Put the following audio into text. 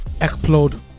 Explode